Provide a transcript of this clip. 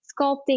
sculpting